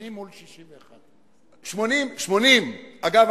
80 מול 61. 80. אגב,